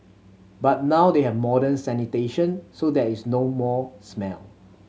but now they have modern sanitation so there is no more smell